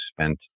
spent